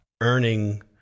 earning